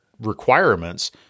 requirements